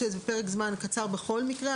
זה פרק זמן קצר בכל מקרה,